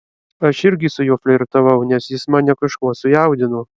aš irgi su juo flirtavau nes jis mane kažkuo sujaudino